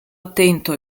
attento